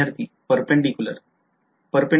विध्यार्थी Perpendicular